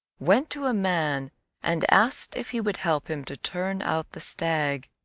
went to a man and asked if he would help him to turn out the stag.